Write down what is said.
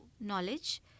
knowledge